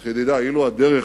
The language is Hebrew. אך, ידידי, אילו הדרך